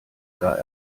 gar